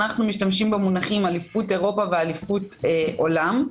אנחנו משתמשים במונחים אליפות אירופה ואליפות עולם.